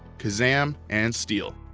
kazaam and steel.